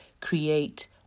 create